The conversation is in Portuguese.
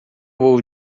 vou